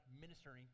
ministering